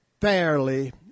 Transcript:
fairly